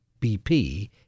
BP